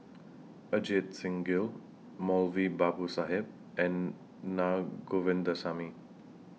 Ajit Singh Gill Moulavi Babu Sahib and Naa Govindasamy